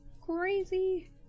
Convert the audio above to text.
Crazy